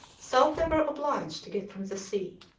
salt they were obliged to get from the sea.